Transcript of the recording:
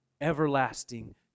everlasting